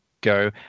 go